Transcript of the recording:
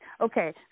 Okay